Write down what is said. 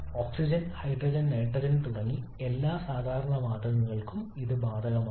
oxygen hydrogen nitrogen തുടങ്ങിയ എല്ലാ സാധാരണ വാതകങ്ങൾക്കും ഇത് ബാധകമാണ്